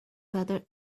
ladder